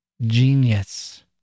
genius